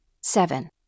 Seven